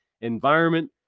Environment